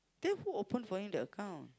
then who open for him the account